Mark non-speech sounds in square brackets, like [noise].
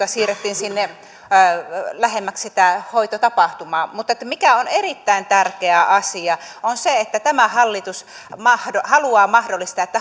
[unintelligible] siirrettiin sinne lähemmäksi sitä hoitotapahtumaa mutta mikä on erittäin tärkeä asia tämä hallitus haluaa mahdollistaa että